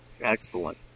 Excellent